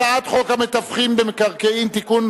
הצעת חוק המתווכים במקרקעין (תיקון,